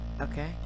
Okay